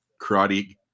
karate